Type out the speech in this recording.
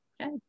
okay